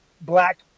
black